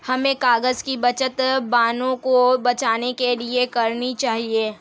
हमें कागज़ की बचत वनों को बचाने के लिए करनी चाहिए